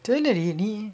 தெர்லயே நீ:terlayae nee